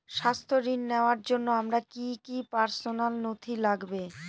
স্বাস্থ্য ঋণ নেওয়ার জন্য আমার কি কি পার্সোনাল নথি লাগবে?